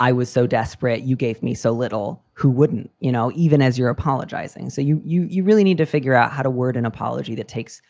i was so desperate. you gave me so little. who wouldn't, you know, even as you're apologizing. so you you really need to figure out how to word an apology that takes